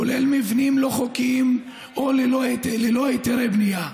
כולל מבנים לא חוקיים או ללא היתרי בנייה.